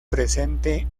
presente